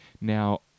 Now